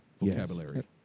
Vocabulary